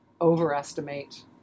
overestimate